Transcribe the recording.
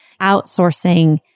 Outsourcing